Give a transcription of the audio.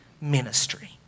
ministry